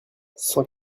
cent